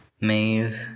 Maeve